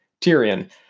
Tyrion